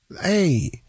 Hey